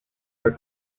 her